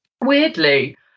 weirdly